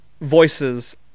voices